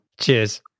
cheers